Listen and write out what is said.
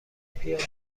پیاده